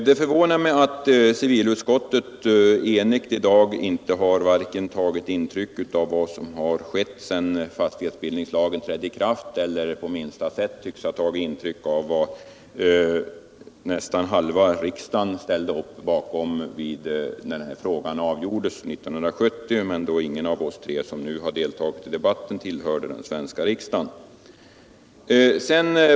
Det förvånar mig att ett enigt civilutskott i dag inte på minsta sätt tagit intryck av vare sig vad som skett sedan fastighetsbildningslagen trädde i kraft eller vad nästan halva riksdagen ställde sig bakom när den här frågan avgjordes år 1970. Då tillhörde emellertid ingen av oss som nu deltagit i debatten den svenska riksdagen.